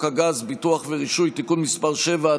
הגז (בטיחות ורישוי) (תיקון מס' 7),